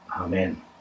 Amen